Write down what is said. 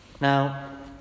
Now